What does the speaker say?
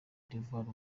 d’ivoire